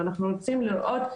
ואנחנו רוצים לראות,